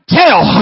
tell